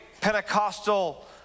Pentecostal